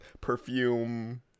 perfume